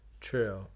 true